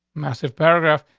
massive paragraph,